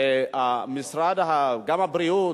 משרד הבריאות,